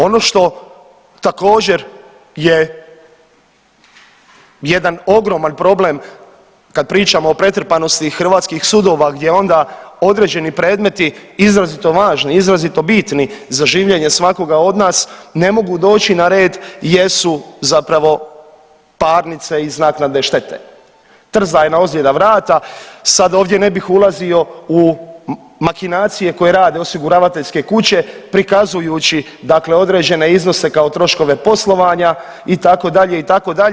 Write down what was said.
Ono što također je jedan ogroman problem kad pričamo o pretrpanosti hrvatskih sudova gdje onda određeni predmeti izrazito važni i izrazito bitni za življenje svakoga od nas ne mogu doći na red jesu zapravo parnice iz naknade štete, trzajna ozljeda vrata, sad ovdje ne bih ulazio u makinacije koje rade osiguravateljske kuće prikazujući dakle određene iznose kao troškove poslovanja itd., itd.